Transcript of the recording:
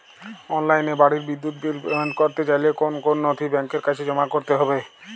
অনলাইনে বাড়ির বিদ্যুৎ বিল পেমেন্ট করতে চাইলে কোন কোন নথি ব্যাংকের কাছে জমা করতে হবে?